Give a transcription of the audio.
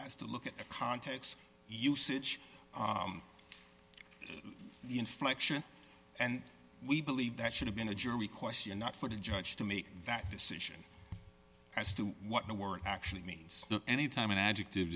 has to look at the context usage inflection and we believe that should have been a jury question not for the judge to make that decision as to what the word actually means any time an adjective